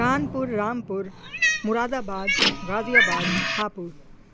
کان پور Rampur Moradabad Ghaziabad Hapur